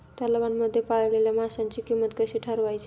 तलावांमध्ये पाळलेल्या माशांची किंमत कशी ठरवायची?